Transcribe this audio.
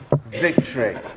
victory